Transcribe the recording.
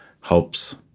helps